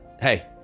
Hey